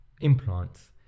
implants